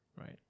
right